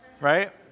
right